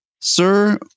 Sir